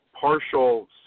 partial